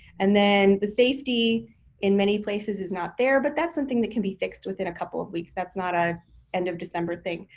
and then the safety in many places is not there, but that's something that can be fixed within a couple of weeks. that's not a end of december thing.